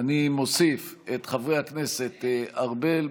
להעביר את הצעת חוק התוכנית להבראת